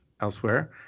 elsewhere